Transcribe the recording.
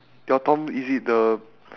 your tom is it the